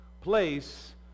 place